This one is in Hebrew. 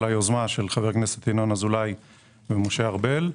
ביוזמה של חברי הכנסת ינון אזולאי ומשה ארבל.